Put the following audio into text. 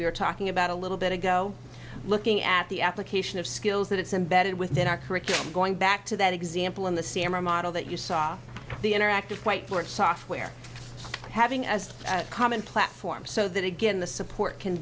we are talking about a little bit ago looking at the application of skills that it's embedded within our curriculum going back to that example in the c m o model that you saw the interactive whiteboards software having as a common platform so that again the support can